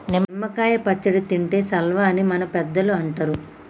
నిమ్మ కాయ పచ్చడి తింటే సల్వా అని మన పెద్దలు అంటరు